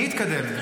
אני אתקדם?